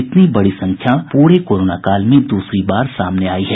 इतनी बड़ी संख्या पूरे कोरोना काल में दूसरी बार सामने आयी है